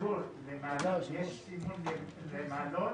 התמרור למעלון, יש סימון למעלון,